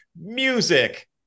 music